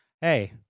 hey